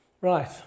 Right